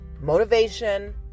motivation